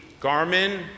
Garmin